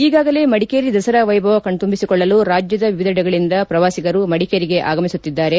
ಈಗಾಗಲೇ ಮಡಿಕೇರಿ ದಸರಾ ವೈಭವ ಕಣ್ತುಂಬಿಸಿಕೊಳ್ಳಲು ರಾಜ್ಯದ ವಿವಿಧಡೆಗಳಿಂದ ಪ್ರವಾಸಿಗರು ಮದಿಕೇರಿಗೆ ಆಗಮಿಸುತ್ತಿದ್ದಾರೆ